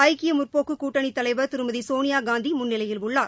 ஐக்கிய முற்போக்கு கூட்டணித்தலைவர் திருமதி சோனியாகாந்தி முன்னிலையில் உள்ளார்